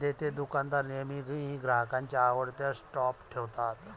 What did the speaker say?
देतेदुकानदार नेहमी ग्राहकांच्या आवडत्या स्टॉप ठेवतात